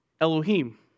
Elohim